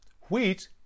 Wheat